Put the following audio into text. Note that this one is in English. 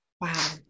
Wow